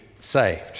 Saved